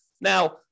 Now